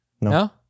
No